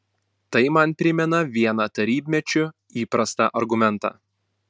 tai man primena vieną tarybmečiu įprastą argumentą